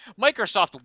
microsoft